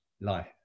life